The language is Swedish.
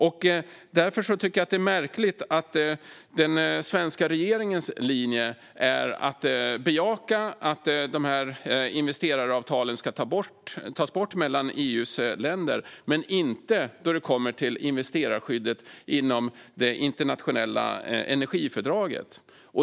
Det är därför märkligt att den svenska regeringens linje är att bejaka att investeraravtalen ska tas bort mellan EU:s länder men inte då det kommer till investerarskyddet inom det internationella energifördraget.